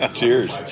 Cheers